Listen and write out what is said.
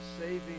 saving